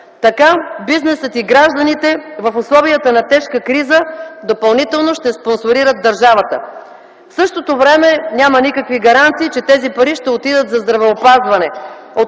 Така бизнесът и гражданите, в условията на тежка криза, допълнително ще спонсорират държавата. В същото време няма никакви гаранции, че тези пари ще отидат за здравеопазване.